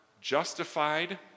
justified